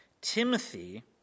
Timothy